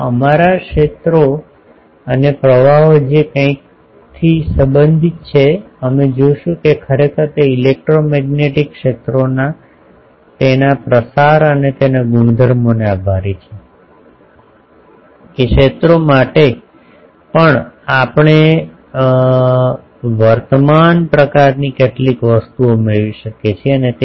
હવે અમારા ક્ષેત્રો અને પ્રવાહો જે કંઈક થી સંબંધિત છે અમે જોશું કે ખરેખર તે ઇલેક્ટ્રોમેગ્નેટિક ક્ષેત્રોના તેના પ્રસાર અને તેના ગુણધર્મોને આભારી છે કે ક્ષેત્રો માટે પણ આપણે વર્તમાન પ્રકારની કેટલીક વસ્તુઓ મેળવી શકીએ છીએ